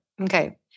Okay